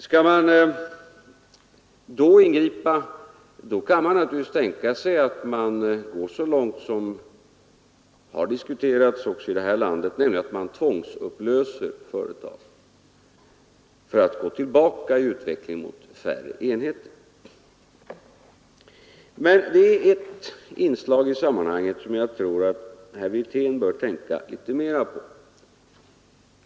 Skall man då ingripa kan man naturligtvis tänka sig att gå så långt som har diskuterats också i det här landet, nämligen att man tvångsupplöser företag för att gå ett steg tillbaka i utvecklingen mot färre enheter. Det är ett inslag i sammanhanget som jag tror att herr Wirtén bör tänka litet mer på.